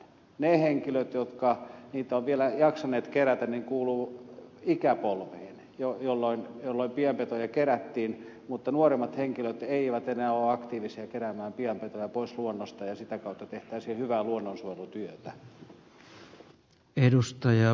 ne henkilöt jotka niitä ovat vielä jaksaneet kerätä kuuluvat ikäpolveen jolloin pienpetoja kerättiin mutta nuoremmat henkilöt eivät enää ole aktiivisia keräämään pienpetoja pois luonnosta ja sitä kautta tekemään hyvää luonnonsuojelutyötä